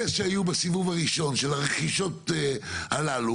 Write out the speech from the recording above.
שאלה שהיו בסיבוב הראשון של הרכישות הללו